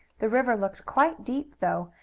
the river looked quite deep, though,